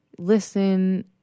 listen